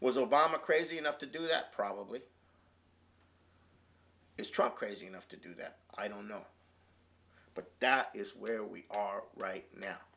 obama crazy enough to do that probably his truck crazy enough to do that i don't know but that is where we are right now